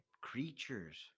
creatures